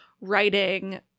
writing